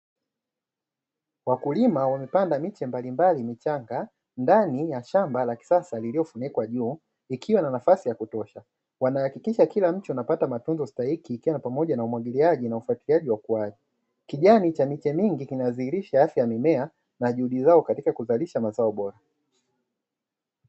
Wakulima wamepanda miche mbalimbali michanga, ndani ya shamba la kisasa lililofunikwa juu, ikiwa na nafasi ya kutosha. Wanahakikisha kila mche unapata matunzo stahiki, ikiwa ni pamoja na umwagiliaji na ufuatiliaji wa kuwahi. Kijani cha miche mingi kinadhihirisha afya ya mimea, na juhudi zao katika kuzalisha mazao bora.